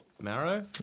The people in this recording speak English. Marrow